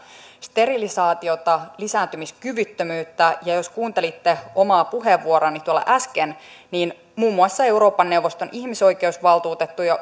sterilisaatiota lisääntymiskyvyttömyyttä ja jos kuuntelitte omaa puheenvuoroani äsken niin muun muassa euroopan neuvoston ihmisoikeusvaltuutettu ja